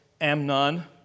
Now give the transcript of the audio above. Amnon